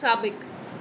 साबिकु